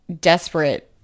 desperate